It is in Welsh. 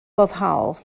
foddhaol